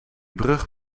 brug